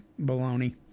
baloney